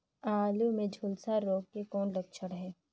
आलू मे झुलसा रोग के कौन लक्षण हे?